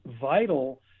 vital